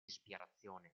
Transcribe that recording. ispirazione